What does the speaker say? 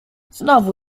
znowu